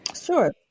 sure